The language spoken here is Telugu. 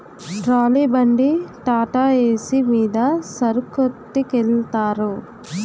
ట్రాలీ బండి టాటాఏసి మీద సరుకొట్టికెలతారు